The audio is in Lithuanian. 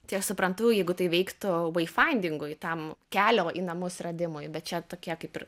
tai aš suprantu jeigu tai veiktų vaifaindingui tam kelio į namus radimui bet čia tokie kaip ir